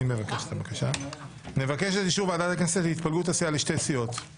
אני מבקש את אישור ועדת הגנת להתפלגות הסיעה לשתי סיעות.